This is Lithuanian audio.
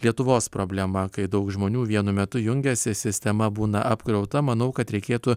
lietuvos problema kai daug žmonių vienu metu jungiasi sistema būna apkrauta manau kad reikėtų